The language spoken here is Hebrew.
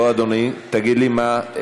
בוא, אדוני, תגיד לי מה,